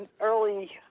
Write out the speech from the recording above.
early